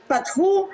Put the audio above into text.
פתחו,